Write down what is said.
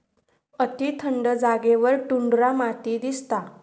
अती थंड जागेवर टुंड्रा माती दिसता